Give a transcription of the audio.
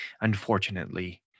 unfortunately